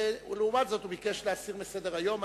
ולעומת זאת הוא ביקש להסיר מסדר-היום.